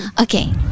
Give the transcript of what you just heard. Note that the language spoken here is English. Okay